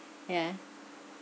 yeah